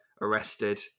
arrested